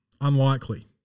unlikely